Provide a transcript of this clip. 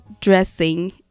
dressing